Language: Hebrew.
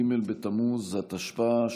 ג' בתמוז התשפ"א,